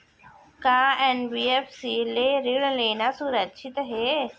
का एन.बी.एफ.सी ले ऋण लेना सुरक्षित हे?